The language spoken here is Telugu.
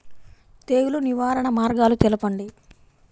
తెగులు నివారణ మార్గాలు తెలపండి?